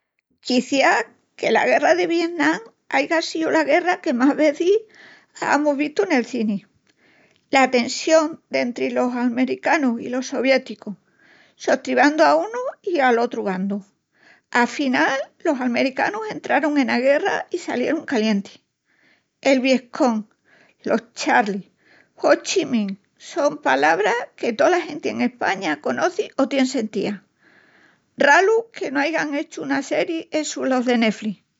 Quiciás que la guerra de Vietnam aiga síu la guerra que más vezis amus vistu nel cini. La tensión dentri los almericanus i los soviéticus, sostribandu a unu i a l'otru bandu. Afinal los almericanus entrarun ena guerra i salierun calientis. El Vietcong, los charlies, Ho Chi Minh, son palabras que tola genti en España conoci o tien sentías. Ralu que no aigan hechu una seri essus los de Netflix.